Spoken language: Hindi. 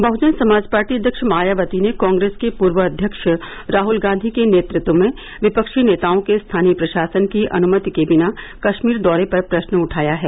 बहजन समाज पार्टी अध्यक्ष मायावती ने कांग्रेस के पूर्व अध्यक्ष राहल गांधी के नेतृत्व में विफ्की नेताओं के स्थानीय प्रशासन की अनुमति के बिना कश्मीर दौरे पर प्रश्न उठाया है